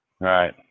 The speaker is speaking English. Right